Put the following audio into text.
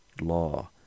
law